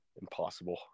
Impossible